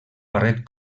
barret